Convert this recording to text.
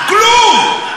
כלום.